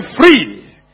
free